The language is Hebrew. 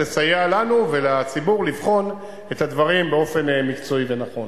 לסייע לנו ולציבור לבחון את הדברים באופן מקצועי ונכון,